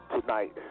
tonight